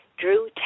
drew